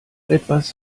etwas